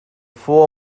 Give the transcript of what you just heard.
four